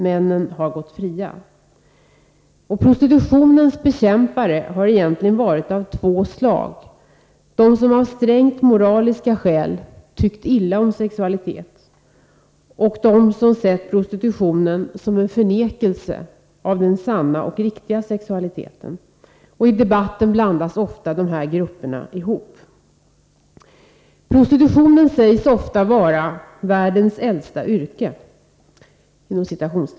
Männen har gått fria. Prostitutionens bekämpare har egentligen varit av två slag: de som av strängt moraliska skäl tyckt illa om sexualitet och de som sett prostitutionen som en förnekelse av den sanna och riktiga sexualiteten. I debatten blandas ofta dessa grupper ihop. Prostitutionen sägs ofta vara ”världens äldsta yrke”.